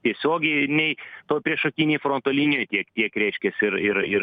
tiesiogiai nei to priešakinėj fronto linijoj tiek tiek reiškias ir ir ir